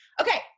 Okay